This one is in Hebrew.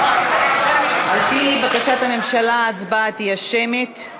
על-פי בקשת הממשלה ההצבעה תהיה שמית.